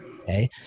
Okay